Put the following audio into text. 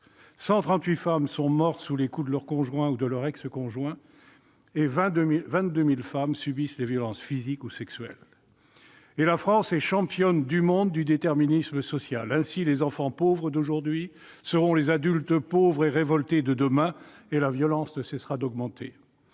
femmes sont mortes sous les coups de leur conjoint ou de leur ex-conjoint et 22 000 femmes subissent des violences physiques ou sexuelles. La France est championne du monde du déterminisme social. Ainsi, les enfants pauvres d'aujourd'hui seront les adultes pauvres et révoltés de demain, et la violence ne cessera d'augmenter.